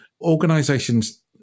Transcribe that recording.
Organizations